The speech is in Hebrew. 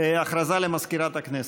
הודעה למזכירת הכנסת.